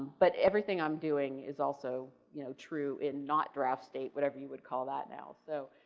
but everything i'm doing is also you know true in not draft state, whatever you would call that now. so,